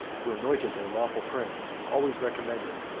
who anointed their lawful prince, always recommended,